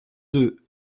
deux